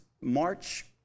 March